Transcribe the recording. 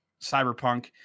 cyberpunk